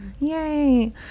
yay